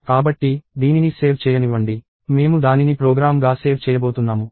కాబట్టి దీనిని సేవ్ చేయనివ్వండి మేము దానిని ప్రోగ్రామ్గా సేవ్ చేయబోతున్నాము